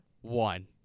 one